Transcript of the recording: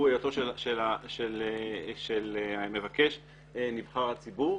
הוא היותו של המבקש נבחר ציבור,